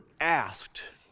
asked